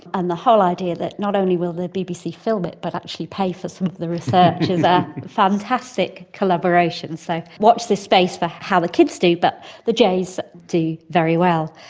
and the whole idea that not only will the bbc film it but actually pay for some of the research is a fantastic collaboration. so watch this space for how the kids do, but the jays do very well,